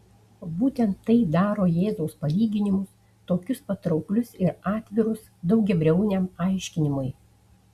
būtent tai daro jėzaus palyginimus tokius patrauklius ir atvirus daugiabriauniam aiškinimui